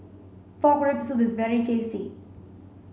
pork rib soup is very tasty